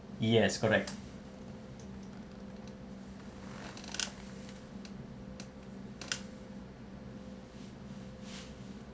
yes correct